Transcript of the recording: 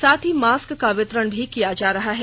साथ ही मास्क का वितरण भी किया जा रहा है